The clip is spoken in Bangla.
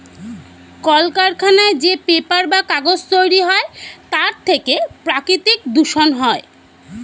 কলকারখানায় যে পেপার বা কাগজ তৈরি হয় তার থেকে প্রাকৃতিক দূষণ হয়